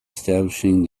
establishing